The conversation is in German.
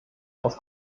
aus